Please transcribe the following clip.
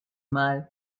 mal